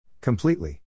Completely